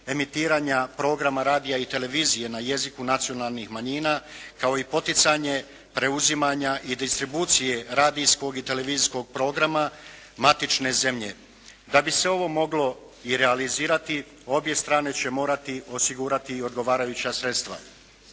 emitiranja programa radija i televizije na jeziku nacionalnih manjina kao i poticanje preuzimanja i distribucije radijskog i televizijskog programa matične zemlje. Da bi se ovo moglo i realizirati, obje strane će morati osigurati i odgovarajuća sredstva.